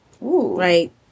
right